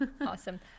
Awesome